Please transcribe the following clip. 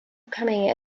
becoming